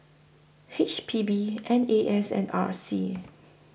H P B N A S and R C